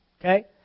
Okay